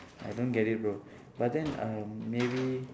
I don't get it bro but then uh maybe